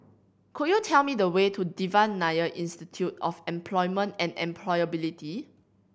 could you tell me the way to Devan Nair Institute of Employment and Employability